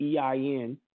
EIN